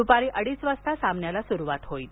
द्पारी अडीच वाजता सामन्याला सुरुवात होईल